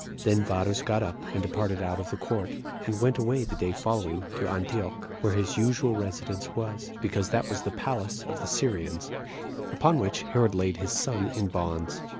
then varus got up, and departed out of the court, and went away the day following to antioch, where his usual residence was, because that was the palace of the syrians upon which herod laid his son in bonds.